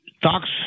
talks